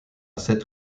cette